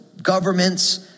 governments